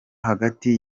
hagati